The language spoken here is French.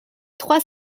trois